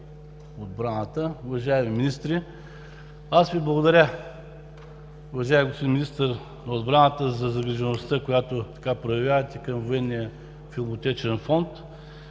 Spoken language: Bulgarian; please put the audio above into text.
отбраната, уважаеми министри! Аз Ви благодаря, уважаеми господин Министър на отбраната, за загрижеността, която проявявате към Военния филмотечен фонд,